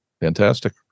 Fantastic